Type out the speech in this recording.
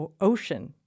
Ocean